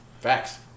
facts